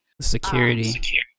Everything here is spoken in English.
security